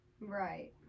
Right